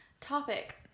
Topic